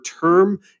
term